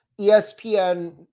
ESPN